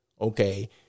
Okay